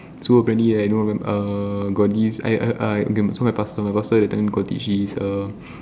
so apparently like err got this I I I okay so my pastor my pastor got this he is uh